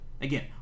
Again